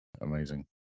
Amazing